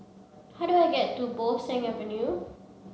how do I get to Bo Seng Avenue